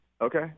Okay